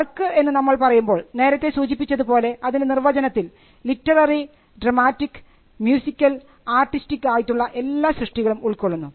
work എന്ന് നമ്മൾ പറയുമ്പോൾ നേരത്തെ സൂചിപ്പിച്ചതുപോലെ അതിൻറെ നിർവ്വചനത്തിൽ ലിറ്റററി ഡ്രമാറ്റിക് മ്യൂസിക്കൽ ആർട്ടിസ്റ്റിക് ആയിട്ടുള്ള എല്ലാ സൃഷ്ടികളും ഉൾക്കൊള്ളുന്നു